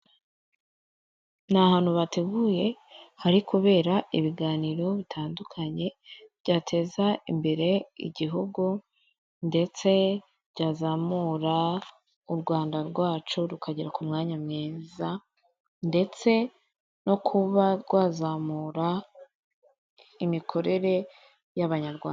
Ni ahantu bateguye, hari kubera ibiganiro bitandukanye, byateza imbere igihugu, ndetse byazamura u Rwanda rwacu rukagera ku mwanya mwiza, ndetse no kuba rwazamura imikorere y'abanyarwanda.